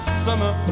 summer